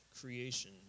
creation